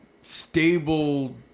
Stable